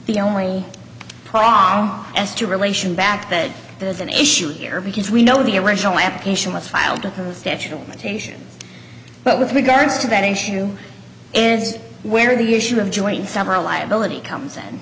the only prom as to relation back that there's an issue here because we know the original application was filed within the statute of limitations but with regards to that issue is where the issue of joins our liability comes in